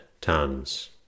tons